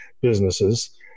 businesses